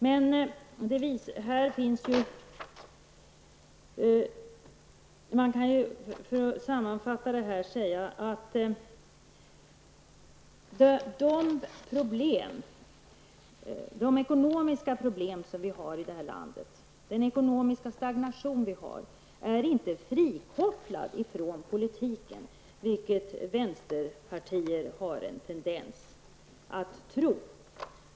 Man kan för att sammanfatta kritiken säga att de ekonomiska problem som vi har i landet och den ekonomiska stagnation vi har inte är frikopplade från politiken, vilket vänsterpartier har en tendens att tro.